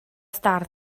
star